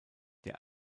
der